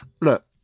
look